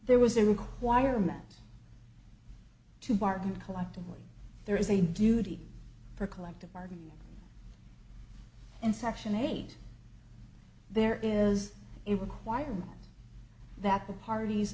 there was a requirement to bargain collectively there is a duty for collective bargaining and section eight there is a requirement that the parties